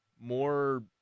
more